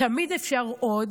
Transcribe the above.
תמיד אפשר עוד,